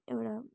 एउटा